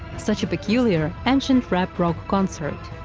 such a peculiar ancient rap-rock concert.